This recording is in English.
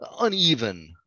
uneven